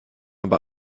aber